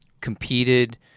competed